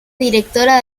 directora